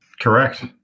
Correct